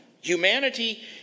Humanity